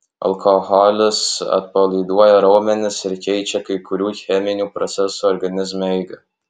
alkoholis atpalaiduoja raumenis ir keičia kai kurių cheminių procesų organizme eigą